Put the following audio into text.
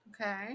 Okay